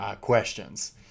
questions